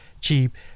cheap